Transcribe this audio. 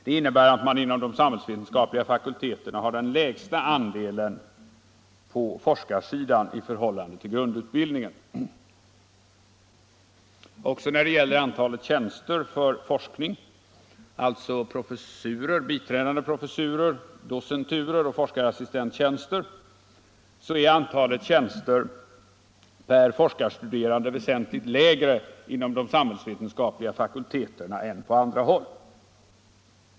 Det innebär att man inom de samhällsvetenskapliga fakulteterna har den lägsta andelen anslag på forskarsidan i förhållande till grundutbildningen. Också när det gäller antalet tjänster för forskning — alltså professurer, biträdande professurer, docenturer och forskarassistenttjänster — är antalet tjänster per forskarstuderande väsentligt lägre inom de samhällsvetenskapliga fakulteterna än på andra håll.